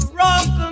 rock